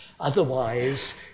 Otherwise